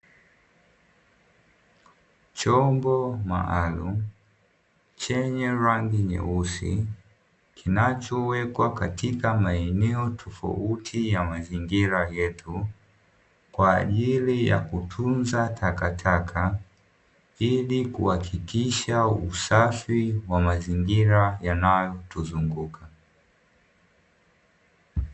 Chombo maalumu chenye rangi nyeusi kinachowekwa katika maeneo tofauti ya mazingira yetu. Kwa ajili ya kutunza takataka, ili kuhakikisha usafi wa mazingira yanayotuzunguka.